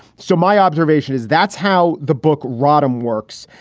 so my observation is that's how the book rodham works.